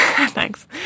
Thanks